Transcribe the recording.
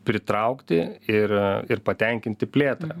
pritraukti ir ir patenkinti plėtrą